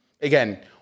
Again